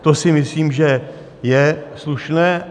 To si myslím, že je slušné.